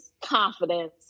confidence